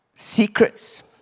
Secrets